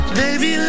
baby